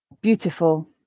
Beautiful